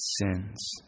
sins